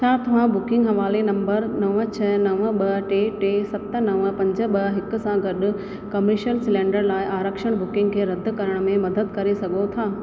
छा तव्हां बुकिंग हवाले नंबर नव छह नव ॿ टे टे सत नव पंज ॿ हिकु सां गॾु कमीशन सिलैंडर लाइ आरक्षण बुकिंग खे रदि करण में मदद करे सघो था